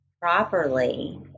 properly